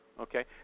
Okay